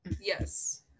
yes